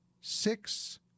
six